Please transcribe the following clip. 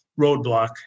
roadblock